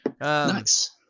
Nice